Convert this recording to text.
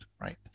right